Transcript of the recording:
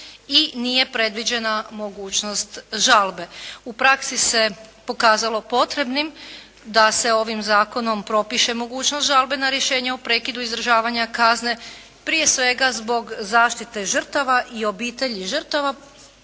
i nije predviđena mogućnost žalbe. U praksi se pokazalo potrebnim da se ovim zakonom propiše mogućnost žalbe na rješenje o prekidu izdržavanja kazne prije svega zbog zaštite žrtava i obitelji žrtava